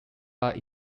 but